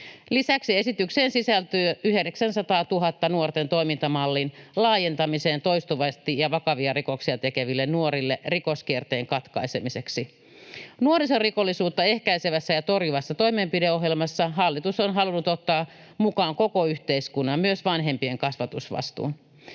Lisäksi esitykseen sisältyy 900 000 nuorten toimintamallin laajentamiseen toistuvasti ja vakavia rikoksia tekeville nuorille rikoskierteen katkaisemiseksi. Nuorisorikollisuutta ehkäisevässä ja torjuvassa toimenpideohjelmassa hallitus on halunnut ottaa mukaan koko yhteiskunnan, myös vanhempien kasvatusvastuun.